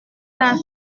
dans